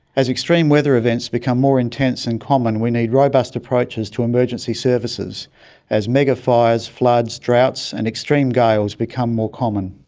as extreme weather events become more intense and common we need robust approaches to emergency services as mega-fires, floods, droughts and extreme gales become more common.